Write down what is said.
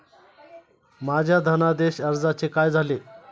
माझ्या धनादेश अर्जाचे काय झाले?